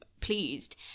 pleased